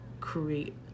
create